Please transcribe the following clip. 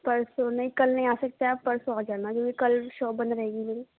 پرسوں نہیں کل نہیں آ سکتے آپ پرسوں آ جانا کیونکہ کل شاپ بند رہے گی میری